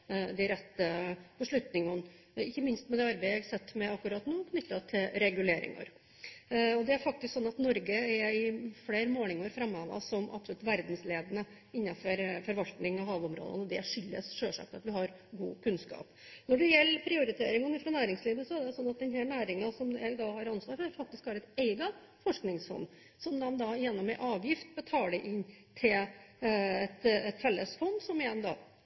de rette beslutningene – ikke minst i forbindelse med det arbeidet jeg sitter med akkurat nå, knyttet til reguleringer. Det er faktisk sånn at Norge i flere målinger er framhevet som absolutt verdensledende innenfor forvaltning av havområdene, og det skyldes selvsagt at vi har god kunnskap. Når det gjelder prioriteringer overfor næringslivet, er det sånn at denne næringen, som jeg har ansvar for, faktisk har et eget forskningsfond, som de gjennom en avgift betaler inn til et fellesfond, som igjen